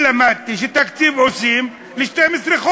עם כל מבצעי המלחמה וכל העילות לתקציב דו-שנתי,